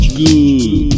good